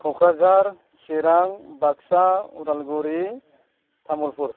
Kokrajhar Chirang Baksa Udalguri Tamulpur